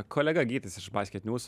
kolega gytis iš basketnewso